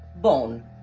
bone